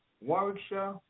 Warwickshire